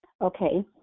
Okay